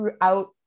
throughout